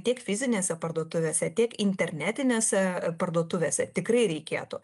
tiek fizinėse parduotuvėse tiek internetinėse parduotuvėse tikrai reikėtų